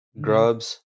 Grubs